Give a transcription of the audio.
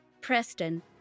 Preston